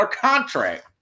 contract